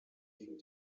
gegen